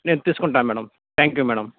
నేను తీసుకుంటాను madam thank you madam